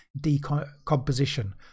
decomposition